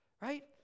Right